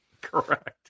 Correct